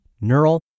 neural